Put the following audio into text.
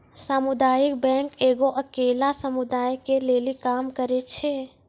समुदायिक बैंक एगो अकेल्ला समुदाय के लेली काम करै छै